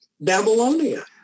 Babylonia